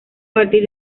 partir